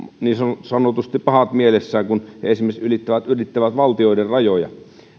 niin sanotusti pahat mielessään kun he esimerkiksi ylittävät valtioiden rajoja